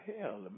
hell